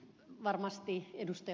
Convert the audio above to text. varmasti ed